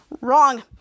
wrong